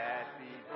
Happy